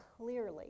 clearly